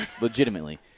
Legitimately